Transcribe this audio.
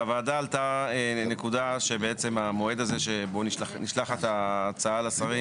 בוועדה עלתה נקודה שבעצם המועד הזה שבוא נשלחת ההצעה לשרים,